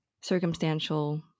circumstantial